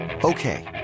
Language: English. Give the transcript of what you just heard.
Okay